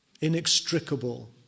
inextricable